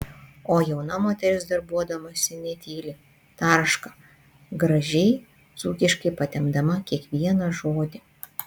o jauna moteris darbuodamasi netyli tarška gražiai dzūkiškai patempdama kiekvieną žodį